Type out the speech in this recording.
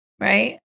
right